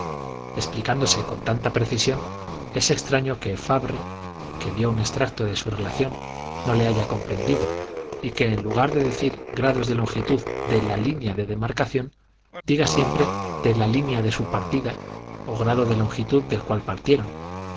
explicándose con tanta precisión es extraño que fabre que dio un extracto de su relación no le haya comprendido y que en lugar de decir grados de longitud de la línea de demarcación diga siempre de la línea de su partida o grado de longitud del cual partieron